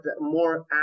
more